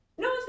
No